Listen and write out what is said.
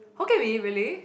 Hokkien-Mee really